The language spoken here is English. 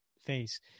face